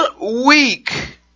week